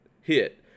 hit